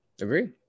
Agree